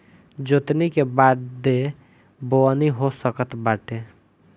जोतनी के बादे बोअनी हो सकत बाटे